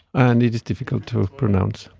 and it is difficult to pronounce,